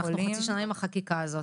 אנחנו חצי שנה עם החקיקה הזאת.